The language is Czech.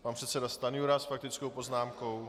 Pan předseda Stanjura s faktickou poznámkou.